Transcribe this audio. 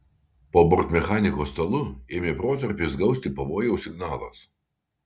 po bortmechaniko stalu ėmė protarpiais gausti pavojaus signalas